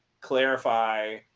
clarify